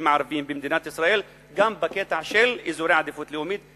הערביים במדינת ישראל גם בקטע של אזורי עדיפות לאומית?